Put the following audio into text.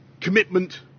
commitment